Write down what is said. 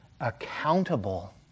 accountable